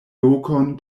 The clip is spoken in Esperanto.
lokon